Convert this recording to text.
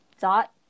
dot